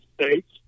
States